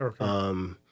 Okay